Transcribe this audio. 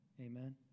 Amen